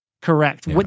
Correct